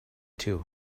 two